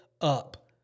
up